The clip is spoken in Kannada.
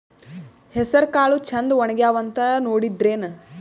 ಹೆಸರಕಾಳು ಛಂದ ಒಣಗ್ಯಾವಂತ ನೋಡಿದ್ರೆನ?